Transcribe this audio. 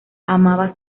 amaba